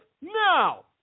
now